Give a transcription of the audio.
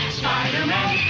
spider-man